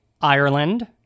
Ireland